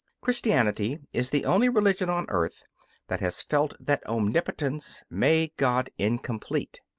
christianity is the only religion on earth that has felt that omnipotence made god incomplete.